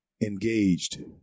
engaged